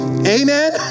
Amen